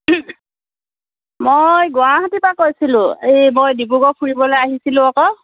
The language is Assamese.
মই গুৱাহাটীৰ পৰা কৈছিলোঁ এই মই ডিব্ৰুগড় ফুৰিবলৈ আহিছিলোঁ আকৌ